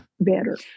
better